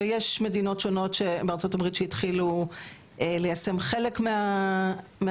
ויש מדינות שונות בארצות הברית שהתחילו ליישם חלק מהצעדים.